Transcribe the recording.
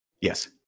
Yes